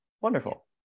Wonderful